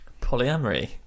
Polyamory